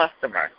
customer